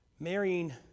Marrying